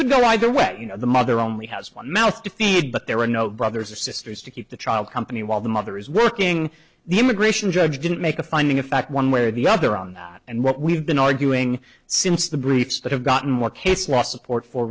could go either way the mother only has one mouth to feed but there are no brothers or sisters to keep the child company while the mother is working the immigration judge didn't make a finding of fact one way or the other on that and what we've been arguing since the briefs that have gotten what case law support for